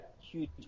huge